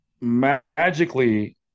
magically